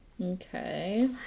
Okay